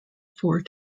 four